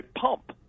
pump